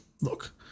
look